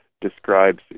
describes